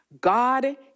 God